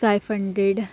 five hundred